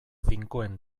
finkoen